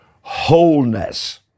wholeness